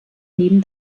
nehmen